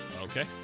Okay